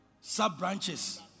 sub-branches